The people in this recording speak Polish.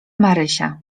marysia